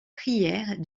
prières